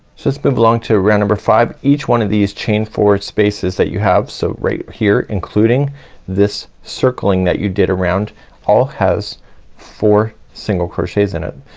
so let's move along to round number five. each one of these chain four spaces that you have so right here including this circling that you did around all has four single crochets in it.